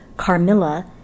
Carmilla